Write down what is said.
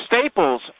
Staples